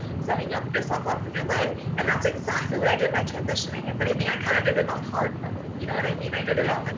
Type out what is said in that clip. setting up yourself up for your life, and that's exactly what i did by transitioning. if anything, i kind of and did it on hard mode, you know what i mean? i did it on, like,